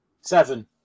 Seven